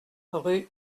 rue